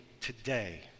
today